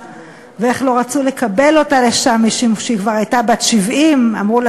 ואיך לא רצו לקבל אותה לשם משום שהיא הייתה כבר בת 70 ואמרו לה